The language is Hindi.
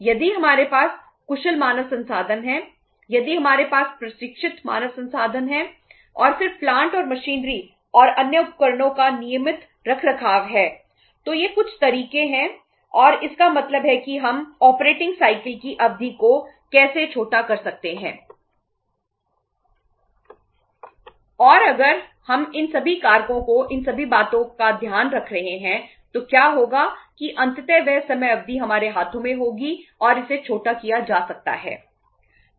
यदि हमारे पास कुशल मानव संसाधन हैं यदि हमारे पास प्रशिक्षित मानव संसाधन हैं और फिर प्लांट की अवधि को कैसे छोटा कर सकते हैं और अगर हम इन सभी कारकों और इन सभी बातों का ध्यान रख रहे हैं तो क्या होगा कि अंततः वह समय अवधि हमारे हाथों में होगी और इसे छोटा किया जा सकता है